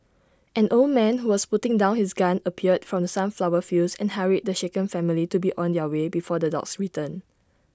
an old man who was putting down his gun appeared from the sunflower fields and hurried the shaken family to be on their way before the dogs return